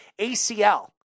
ACL